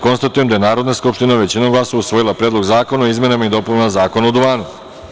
Konstatujem da je Narodna skupština većinom glasova usvojila Predlog zakona o izmenama i dopunama Zakona o duvanu.